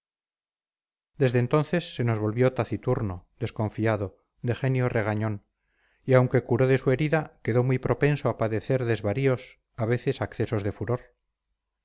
desde entonces se nos volvió taciturno desconfiado de genio regañón y aunque curó de su herida quedó muy propenso a padecer desvaríos a veces accesos de furor